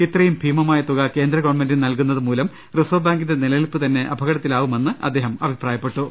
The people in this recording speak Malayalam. ഇത്ര യും ഭീമമായ തുക കേന്ദ്ര സർക്കാരിന് നൽകുന്നത് മൂലം റിസർവ്വ് ബാ ങ്കിന്റെ നിലനിൽപ് തന്നെ അപകടത്തിലാവുമെന്ന് അദ്ദേഹം അഭിപ്രായപ്പെട്ടു